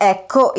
Ecco